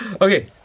Okay